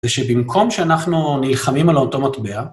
זה שבמקום שאנחנו נלחמים על אותו מטבע...